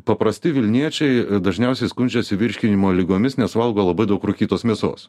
paprasti vilniečiai dažniausiai skundžiasi virškinimo ligomis nes valgo labai daug rūkytos mėsos